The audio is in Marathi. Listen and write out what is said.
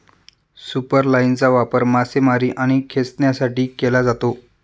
सुपरलाइनचा वापर मासेमारी आणि खेचण्यासाठी केला जातो